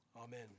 Amen